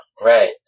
Right